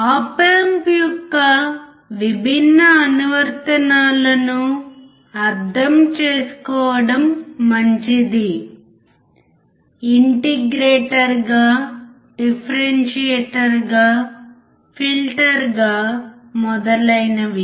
ఆప్ amp యొక్క విభిన్న అనువర్తనాలను అర్థం చేసుకోవడం మంచిది ఇంటిగ్రేటర్గా డిఫరెన్షియేటర్గా ఫిల్టర్గా మొదలైనవి